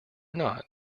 not